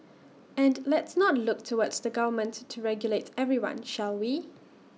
and let's not look towards the government to regulate everyone shall we